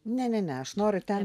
ne ne ne aš noriu ten